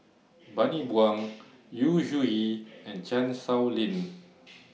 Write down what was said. Bani Buang Yu Zhuye and Chan Sow Lin